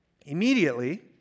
Immediately